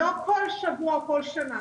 לא כל שבוע או כל שנה,